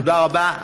תודה רבה.